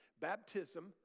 baptism